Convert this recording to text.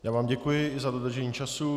Já vám děkuji i za dodržení času.